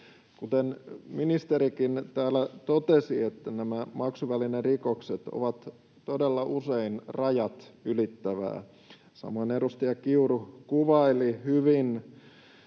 Kuten ministerikin täällä totesi, nämä maksuvälinerikokset ovat todella usein rajat ylittäviä. Samoin edustaja Kiuru kuvaili hyvin